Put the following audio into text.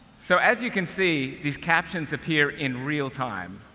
so as you can see, these captions appear in real time,